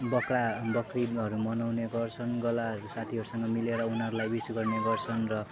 बक्रा बकरिदहरू मनाउने गर्छन् गलाहरू साथीहरूसँग मिलेर उनीहरूलाई विस गर्ने गर्छन् र